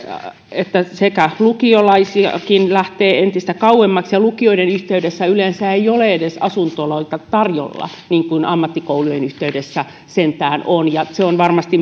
että myös lukiolaisia lähtee entistä kauemmaksi ja lukioiden yhteydessä yleensä ei ole edes asuntoloita tarjolla niin kuin ammattikoulujen yhteydessä sentään on se on varmasti